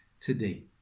today